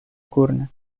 корни